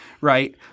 right